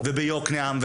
ביוקנעם,